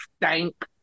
stank